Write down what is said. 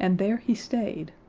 and there he stayed.